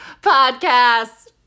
podcast